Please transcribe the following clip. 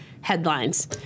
headlines